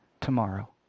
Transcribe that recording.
tomorrow